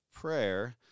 prayer